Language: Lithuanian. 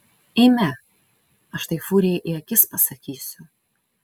eime aš tai furijai į akis pasakysiu